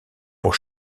pour